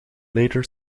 later